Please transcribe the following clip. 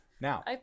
Now